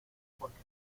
porque